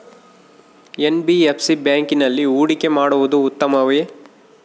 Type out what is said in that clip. NBFC ಬ್ಯಾಂಕಿನಲ್ಲಿ ಹೂಡಿಕೆ ಮಾಡುವುದು ಉತ್ತಮವೆ?